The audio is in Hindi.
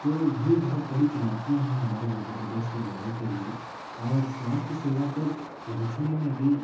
तो ये बहुत बड़ी चुनौतियाँ हैं हमारे मध्य प्रदेश के लोगों के लिए और स्वास्थ्य सेवा तक पहुँचने में भी